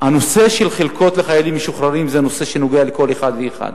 הנושא של חלקות לחיילים משוחררים זה נושא שנוגע לכל אחד ואחד